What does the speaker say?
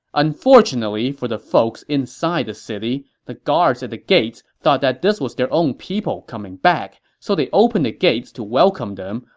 unfortunately for the folks inside the city, the guards at the gates thought this was their own people coming back, so they opened the gates to welcome them,